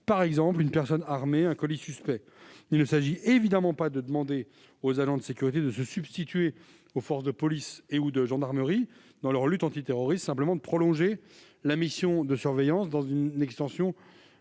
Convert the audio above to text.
par exemple une personne armée ou un colis suspect. Il ne s'agit évidemment pas de demander aux agents de sécurité de se substituer aux forces de police ou de gendarmerie dans la lutte antiterroriste, mais simplement de prolonger la mission de surveillance au-delà